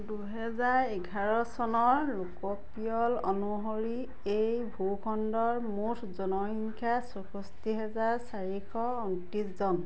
দুহেজাৰ এঘাৰ চনৰ লোকপিয়ল অনুসৰি এই ভূখণ্ডৰ মুঠ জনসংখ্যা চৌষষ্ঠি হাজাৰ চাৰিশ ঊনত্ৰিছ জন